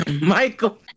Michael